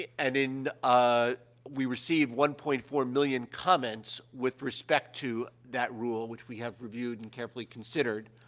and in, ah we received one point four million comments with respect to that rule, which we have reviewed and carefully considered.